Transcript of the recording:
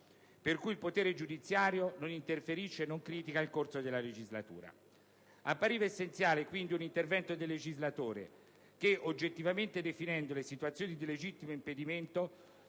per cui il potere giudiziario non interferisce e non esprime critiche sul corso della legislatura. Appariva essenziale, quindi, un intervento del legislatore, che, oggettivamente definendo le situazioni di legittimo impedimento,